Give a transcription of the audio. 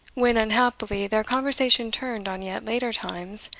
when, unhappily, their conversation turned on yet later times,